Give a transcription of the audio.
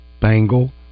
Bangle